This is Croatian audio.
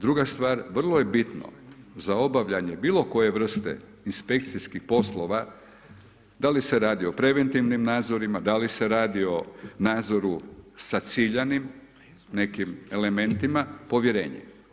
Druga stvar, vrlo je bitno za obavljanje bilo koje vrste inspekcijskih poslova da li se radi o preventivnim nadzorima, da li se radi o nadzoru sa ciljanim nekim elementima, povjerenje.